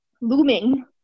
looming